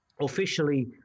officially